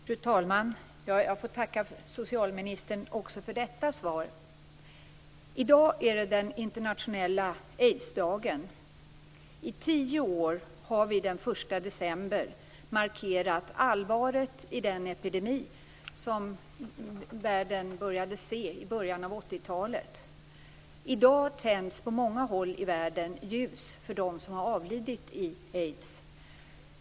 Fru talman! Jag får tacka socialministern också för detta svar. I dag är det den internationella aidsdagen. I tio år har vi den 1 december markerat allvaret i den epidemi som världen började se i början av 80-talet. I dag tänds på många håll i världen ljus för dem som har avlidit i aids.